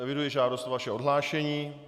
Eviduji žádost o vaše odhlášení.